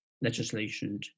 legislation